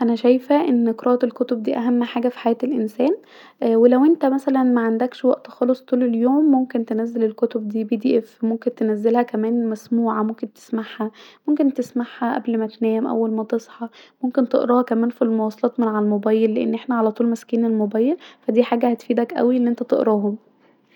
انا شايفه أن قرائه الكتب ديه اهم حاجه في حياه الانسان ولو انت مثلا معندكش وقت خالص طول اليوم ممكن تنزل الكتب دي بي دي اف ممكن تنزلها كمان مسموعه ممكن تسمعها قبل ما تنام اول ما تصحي ممكن تقراها كمان في المواصلات علي الموبايل لأن احنا علي طول ماسكين الموبايل ودي حاجه هتفيدك اوي انت انا تقراهم